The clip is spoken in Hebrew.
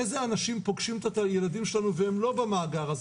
אילו אנשים פוגשים את הילדים שלנו והם לא במאגר הזה